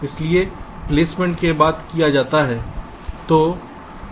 इसलिए प्लेसमेंट के बाद किया जाता है